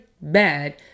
bad